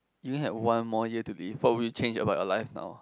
you only had one more year to live what for would you change about your life now